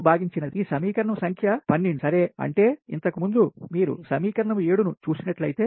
ఈ సమీకరణం సంఖ్య 12 సరే అంటే ఇంతకు ముందు మీరు సమీకరణం 7 ను చూసినట్లయితే